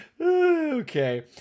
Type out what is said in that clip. Okay